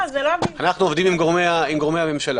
אנחנו עובדים עם גורמי הממשלה.